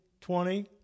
twenty